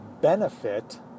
benefit